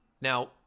Now